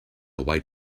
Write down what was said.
white